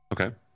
Okay